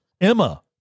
Emma